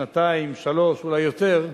שנתיים, שלוש שנים, אולי יותר.